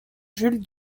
jules